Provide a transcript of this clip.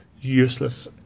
useless